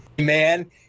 Man